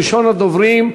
ראשון הדוברים,